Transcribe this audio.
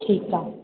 ठीकु आहे